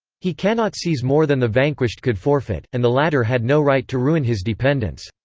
he cannot seize more than the vanquished could forfeit, and the latter had no right to ruin his dependents.